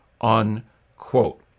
unquote